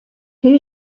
der